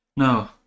No